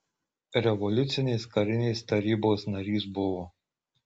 revoliucinės karinės tarybos narys buvo